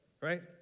right